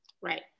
Right